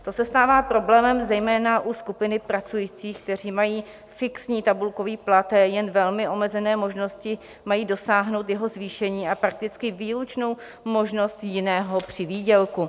To se stává problémem zejména u skupiny pracujících, kteří mají fixní tabulkový plat, mají jen velmi omezené možnosti dosáhnout jeho zvýšení a prakticky vyloučenou možnost jiného přivýdělku.